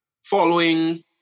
Following